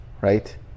right